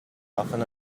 often